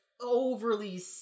overly